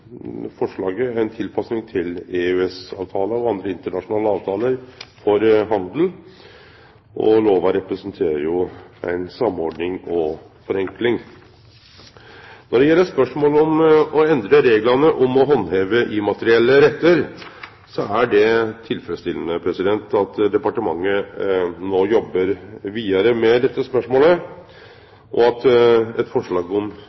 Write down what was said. handel, og lova representerer ei samordning og forenkling. Når det gjeld spørsmålet om å endre reglane om å handheve immaterielle rettar, så er det tilfredsstillande at departementet no jobbar vidare med dette spørsmålet, og at eit forslag om